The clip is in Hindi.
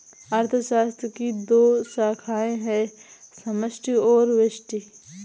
अर्थशास्त्र की दो शाखाए है समष्टि और व्यष्टि